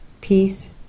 Peace